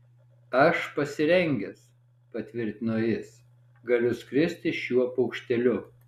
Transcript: aš pasirengęs patvirtino jis galiu skristi šiuo paukšteliu